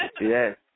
Yes